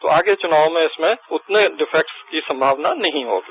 जो आगे चुनाव में इसमें उतने डिफेक्ट्स की संभावना नहीं होगी